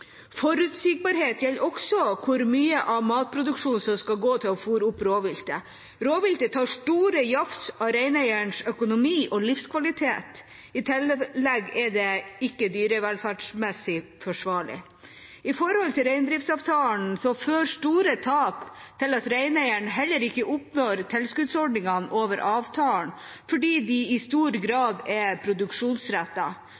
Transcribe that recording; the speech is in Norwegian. Forutsigbarhet gjelder også hvor mye av matproduksjonen som skal gå til å fôre opp rovviltet. Rovviltet tar store jafs av reineierens økonomi og livskvalitet. I tillegg er det ikke dyrevelferdsmessig forsvarlig. I henhold til reindriftsavtalen fører store tap til at reineieren heller ikke oppnår tilskuddsordningene over avtalen fordi de i stor